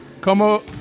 Como